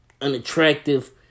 unattractive